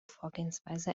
vorgehensweise